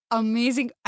amazing